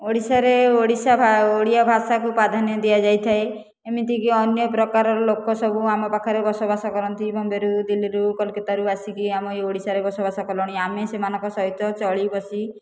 ଓଡ଼ିଶାରେ ଓଡ଼ିଶା ଓଡ଼ିଆ ଭାଷାକୁ ପ୍ରାଧାନ୍ୟ ଦିଆ ଯାଇଥାଏ ଏମିତିକି ଅନ୍ୟ ପ୍ରକାରର ଲୋକ ସବୁ ଆମ ପାଖରେ ବସବାସ କରନ୍ତି ବମ୍ବେରୁ ଦିଲ୍ଲୀରୁ କଲିକତାରୁ ଆମର ଏ ଓଡ଼ିଶାରେ ବସବାସ କଲେଣି ଆମେ ସେମାନଙ୍କ ସହିତ ଚଳି ବସି